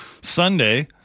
Sunday